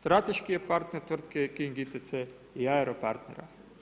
strateški je partner tvrtke King ICT i airo partnera.